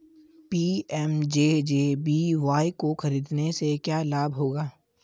PMJJBY को खरीदने से क्या लाभ होगा?